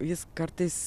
jis kartais